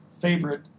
favorite